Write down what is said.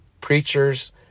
preachers